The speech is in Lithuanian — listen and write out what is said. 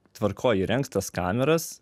tvarkoj įrengs tas kameras